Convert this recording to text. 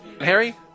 Harry